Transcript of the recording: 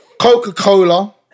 Coca-Cola